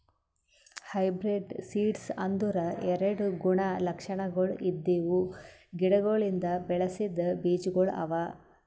hybrid seeds ಅಂದುರ್ ಎರಡು ಗುಣ ಲಕ್ಷಣಗೊಳ್ ಇದ್ದಿವು ಗಿಡಗೊಳಿಂದ್ ಬೆಳಸಿದ್ ಬೀಜಗೊಳ್ ಅವಾ